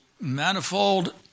manifold